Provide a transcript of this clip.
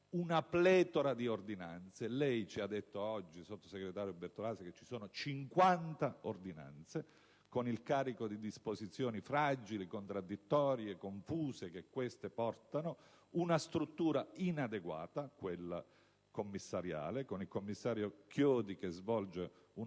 una pletora di ordinanze. Lei ci ha detto oggi, sottosegretario Bertolaso, che ci sono 50 ordinanze che portano un carico di disposizioni fragili, contraddittorie e confuse; una struttura inadeguata, quella commissariale, con il commissario Chiodi che svolge un'attività